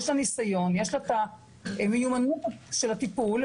יש לה את המיומנות של הטיפול,